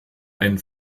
ein